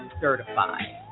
certified